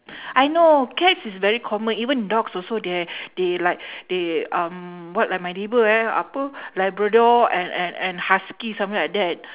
I know cats is very common even dogs also they h~ they like they um what ah my neighbour eh apa labrador and and and husky something like that